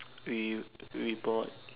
we we bought